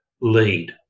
lead